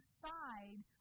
side